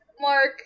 Mark